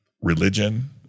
religion